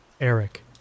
eric